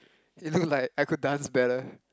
it looked like I could dance better